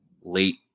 late